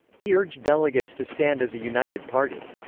he urged delegates to stand as a united party.